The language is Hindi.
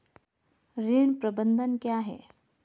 ऋण प्रबंधन क्या है?